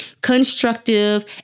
constructive